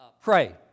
Pray